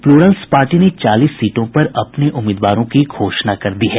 Plurals party ने चालीस सीटों पर अपने उम्मीदवारों की घोषणा कर दी है